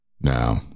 Now